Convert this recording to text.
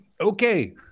Okay